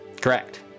Correct